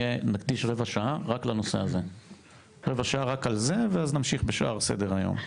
נקדיש רבע שעה רק לנושא הזה ואז נמשיך בשאר סדר-היום.